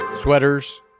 Sweaters